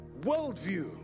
worldview